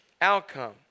outcome